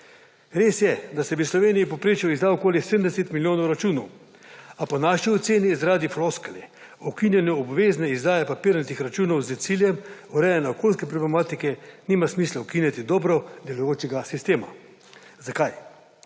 Res je, da se v Sloveniji v povprečju izda okoli 70 milijonov računov, a po naši oceni zaradi floskule o ukinjanju obvezne izdaje papirnatih računov s ciljem urejanja okoljske problematike nima smisla ukinjati dobro delujočega sistema. Zakaj?